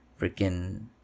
freaking